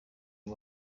uyu